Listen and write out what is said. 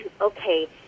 okay